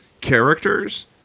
characters